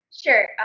Sure